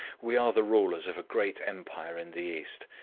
we are the rulers of a great empire in the east,